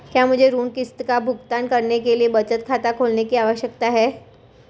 क्या मुझे ऋण किश्त का भुगतान करने के लिए बचत खाता खोलने की आवश्यकता है?